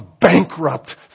bankrupt